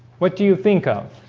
what do you think of?